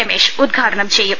രമേഷ് ഉദ്ഘാടനം ചെയ്യും